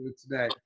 today